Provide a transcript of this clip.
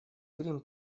грим